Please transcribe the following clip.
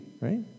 right